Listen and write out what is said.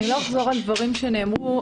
לא אחזור על דברים שנאמרו,